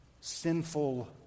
sinful